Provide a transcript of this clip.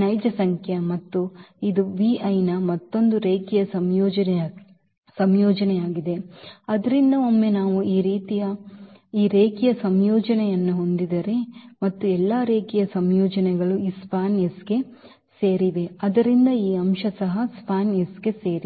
ನೈಜ ಸಂಖ್ಯೆ ಮತ್ತು ಇದು ಯ ಮತ್ತೊಂದು ರೇಖೀಯ ಸಂಯೋಜನೆಯಾಗಿದೆ ಆದ್ದರಿಂದ ಒಮ್ಮೆ ನಾವು ಈ ರೇಖೀಯ ಸಂಯೋಜನೆಯನ್ನು ಹೊಂದಿದ್ದರೆ ಮತ್ತು ಎಲ್ಲಾ ರೇಖೀಯ ಸಂಯೋಜನೆಗಳು ಈ SPAN ಗೆ ಸೇರಿವೆ ಆದ್ದರಿಂದ ಈ ಅಂಶ ಸಹ SPAN ಗೆ ಸೇರಿದೆ